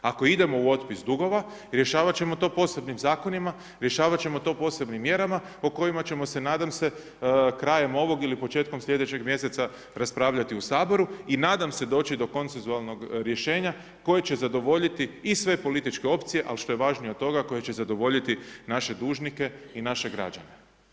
Ako idemo u otpis dugova, rješavat ćemo to posebnim zakonima, rješavat ćemo to posebnim mjerama po kojima ćemo se, nadam se, krajem ovog ili početkom sljedećeg mjeseca raspravljati u Saboru i nadam se doći do koncezualnog rješenja koje će zadovoljiti i sve političke opcije, a što je važnije od toga koje će zadovoljiti naše dužnike i naše građane.